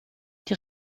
die